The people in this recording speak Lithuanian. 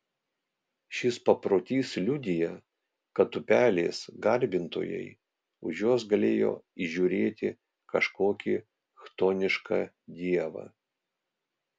šis paprotys liudija kad upelės garbintojai už jos galėjo įžiūrėti kažkokį chtonišką dievą